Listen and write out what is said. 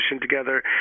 together